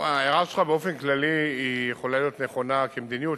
ההערה שלך באופן כללי יכולה להיות נכונה כמדיניות,